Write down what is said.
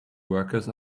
workers